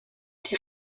die